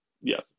Yes